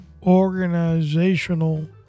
organizational